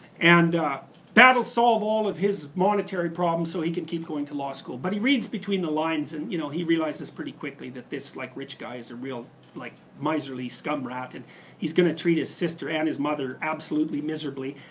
and that'll solve all of his monetary problems so he could keep going to law school. but he reads between the lines and you know he realizes pretty quickly that this like rich guy is a real like miserly scum rat, and he's gonna treat his sister and his mother absolutely miserably,